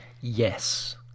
Yes